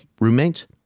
roommates